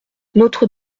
notre